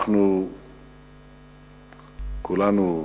אנחנו כולנו,